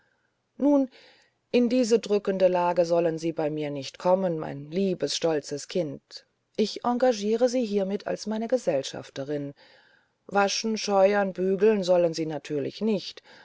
nun in diese drückende lage sollen sie bei mir nicht kommen mein liebes stolzes kind ich engagiere sie hiermit als meine gesellschafterin waschen scheuern bügeln sollen sie natürlich nicht